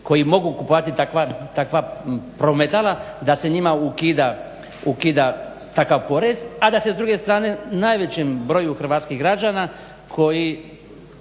koji mogu kupovati takva prometala da se njima ukida takav porez a da se s druge strane najvećem broju hrvatskih građana koji